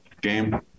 game